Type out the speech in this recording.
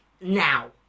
now